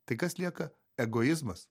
tai kas lieka egoizmas